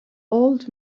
old